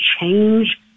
change